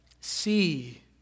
See